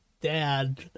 dad